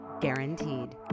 guaranteed